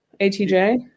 ATJ